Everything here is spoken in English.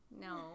no